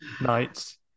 nights